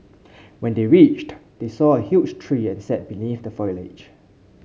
when they reached they saw a huge tree and sat beneath the foliage